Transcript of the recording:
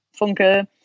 Funke